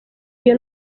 iyo